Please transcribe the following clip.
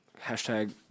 hashtag